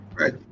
Right